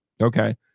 Okay